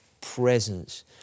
presence